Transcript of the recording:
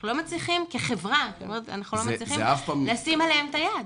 אנחנו לא מצליחים כחברה לשים עליהם את היד.